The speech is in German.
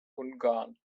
ungarn